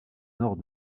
nord